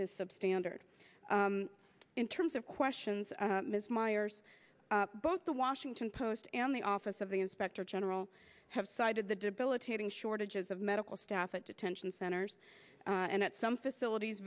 is substandard in terms of questions ms miers both the washington post and the office of the inspector general have cited the debilitating shortages of medical staff at detention centers and at some facilities